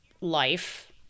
life